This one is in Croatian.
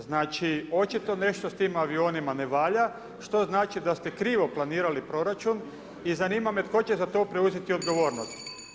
Znači očito nešto s tim avionima ne valja, što znači da ste krivo planirali proračun i zanima me tko će za to preuzeti odgovornost.